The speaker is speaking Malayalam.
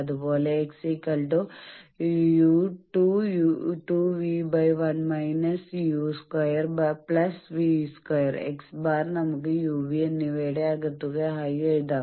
അതുപോലെ X 2 v1−u²v² X ബാർ നമുക്ക് u v എന്നിവയുടെ ആകത്തുക ആയി എഴുതാം